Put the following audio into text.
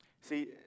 See